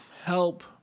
help